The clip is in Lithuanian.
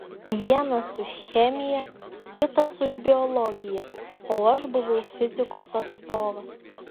vienas už chemiją kitas už biologiją o aš buvau fizikos atstovas